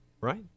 right